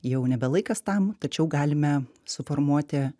jau nebe laikas tam tačiau galime suformuoti